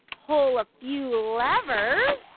pull a few levers,